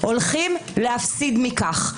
הולכים להפסיד מכך.